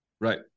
Right